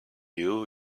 you